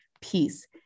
peace